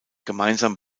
gemeinsam